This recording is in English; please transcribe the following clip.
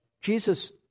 Jesus